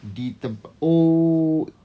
di tempa~ oh